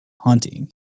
Hunting